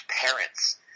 parents